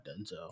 Denzel